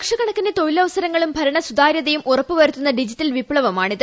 ലക്ഷക്കണക്കിന് തൊഴിലവസരങ്ങളും ഭരണ സുതാരൃതയും ഉറപ്പു വരുത്തുന്ന ഡിജിറ്റൽ പ്രിപ്ലവമാണിത്